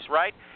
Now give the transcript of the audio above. right